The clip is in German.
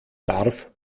darf